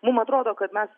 mum atrodo kad mes